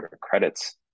credits